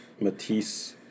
Matisse